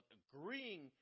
agreeing